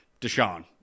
Deshaun